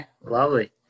Lovely